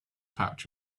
pouch